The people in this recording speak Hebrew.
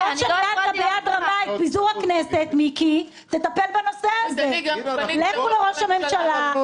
אין בעיה להעביר ביקורת גם על התנהלות הממשלה שאנחנו נמצאים בה,